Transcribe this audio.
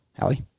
allie